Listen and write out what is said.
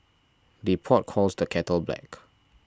the pot calls the kettle black